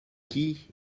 qui